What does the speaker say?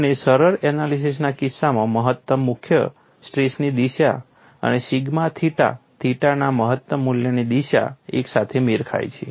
અને સરળ એનાલિસીસના કિસ્સામાં મહત્તમ મુખ્ય સ્ટ્રેસની દિશા અને સિગ્મા થિટા થિટાના મહત્તમ મૂલ્યની દિશા એક સાથે મેળ ખાય છે